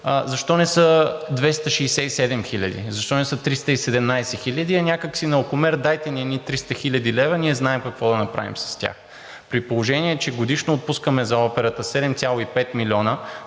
защо не са 267 хиляди, защо не са 317 хиляди, а някак си на окомер, дайте ни едни 300 хил. лв., ние знаем какво да направим с тях. При положение че годишно отпускаме за операта 7,5 милиона,